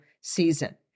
season